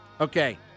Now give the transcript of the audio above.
Okay